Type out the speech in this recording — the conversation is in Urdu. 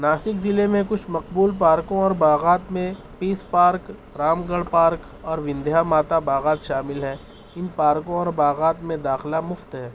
ناسک ضلعے میں کچھ مقبول پارکوں اور باغات میں peace park Ramgarh park اور وندھیا ماتا باغات شامل ہیں ان پارکوں اور باغات میں داخلہ مفت ہے